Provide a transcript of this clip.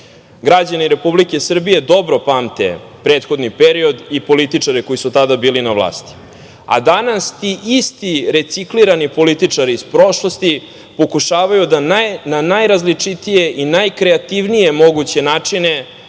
Građani Republike Srbije dobro pamte prethodni period i političare koji su tada bili na vlasti. A danas ti isti reciklirani političari iz prošlosti pokušavaju da na najrazličitije i najkreativnije moguće načine